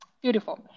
Beautiful